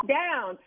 down